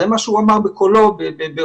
זה מה שהוא אמר בקולו באוזנינו.